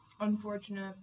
Unfortunate